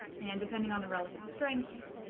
and depending on the relative strengths